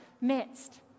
midst